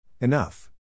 Enough